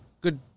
Good